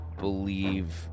believe